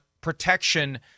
protection